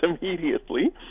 immediately